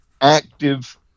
active